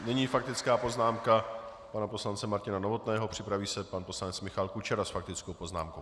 Nyní faktická poznámka pana poslance Martina Novotného, připraví se pan poslanec Michal Kučera s faktickou poznámkou.